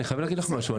אני חייב להגיד לך משהו.